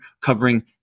covering